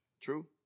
True